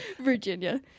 Virginia